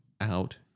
out